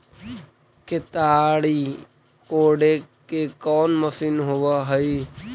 केताड़ी कोड़े के कोन मशीन होब हइ?